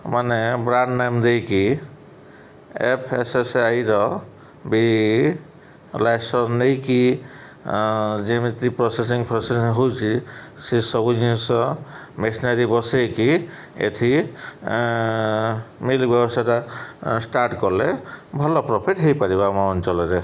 ମାନେ brand name ଦେଇକି ଏଫ୍ଏସ୍ଏସ୍ଆଇର ବି ଲାଇସେନ୍ସ ନେଇକି ଯେମିତି ପ୍ରସେସିଂ ପ୍ରସେସିଂ ହେଉଛି ସେ ସବୁ ଜିନିଷ ମେସିନାରୀ ବସେଇକି ଏଇଠି ମିଲ୍ ବ୍ୟବସାୟଟା ଷ୍ଟାର୍ଟ୍ କଲେ ଭଲ ପ୍ରଫିଟ୍ ହୋଇପାରିବ ଆମ ଅଞ୍ଚଳରେ